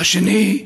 והשני,